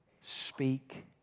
speak